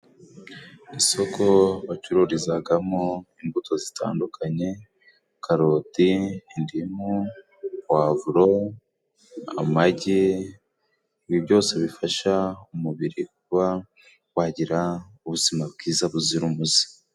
Isoko wacururizagamo imbuto zitandukanye karoti, indimu, puwavuro, amagi ibi byose bifasha umubiri kuba wagira ubuzima bwiza buzira umuze.